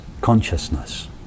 consciousness